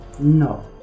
No